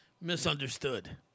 misunderstood